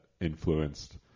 influenced